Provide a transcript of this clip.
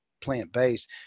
plant-based